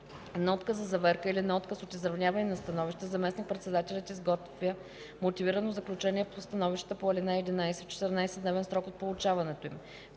на отказ за заверка или на отказ от изразяване на становище заместник-председателят изготвя мотивирано заключение по становищата по ал. 11 в 14-дневен срок от получаването им.